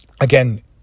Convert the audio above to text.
again